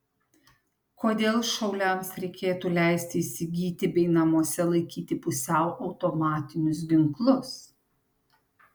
kodėl šauliams reikėtų leisti įsigyti bei namuose laikyti pusiau automatinius ginklus